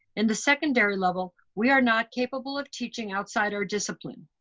in the secondary level, we are not capable of teaching outside our discipline.